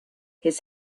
his